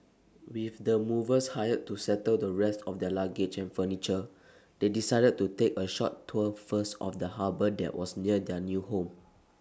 with the movers hired to settle the rest of their luggage and furniture they decided to take A short tour first of the harbour that was near their new home